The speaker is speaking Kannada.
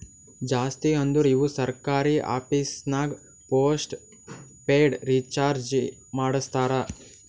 ಜಾಸ್ತಿ ಅಂದುರ್ ಇವು ಸರ್ಕಾರಿ ಆಫೀಸ್ನಾಗ್ ಪೋಸ್ಟ್ ಪೇಯ್ಡ್ ರೀಚಾರ್ಜೆ ಮಾಡಸ್ತಾರ